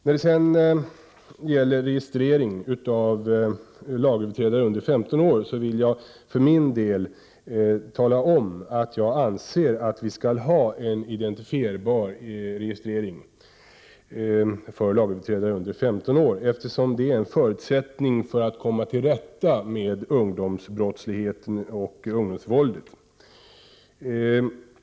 När det sedan gäller registrering av lagöverträdare under 15 år vill jag för min del tala om att jag anser att vi skall ha en identifierbar sådan registrering, eftersom detta är en förutsättning för att vi skall komma till rätta med ungdomsbrottsligheten och ungdomsvåldet.